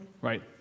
Right